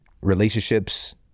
relationships